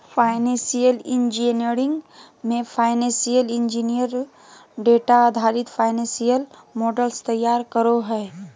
financial engineering मे financial engineer data आधारित financial models तैयार करो हय